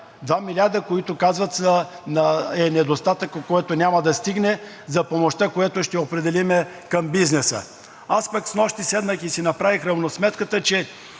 милиарда, които казват е недостатъкът, който няма да стигне за помощта, която ще определим към бизнеса. Аз пък снощи седнах и си направих равносметката, че